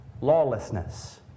lawlessness